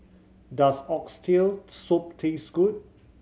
does Oxtail Soup taste good